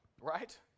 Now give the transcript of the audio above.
Right